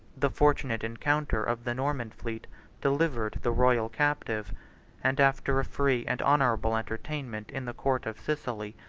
the fortunate encounter of the norman fleet delivered the royal captive and after a free and honorable entertainment in the court of sicily,